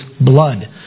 blood